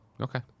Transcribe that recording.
okay